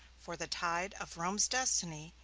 for the tide of rome's destiny,